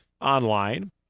online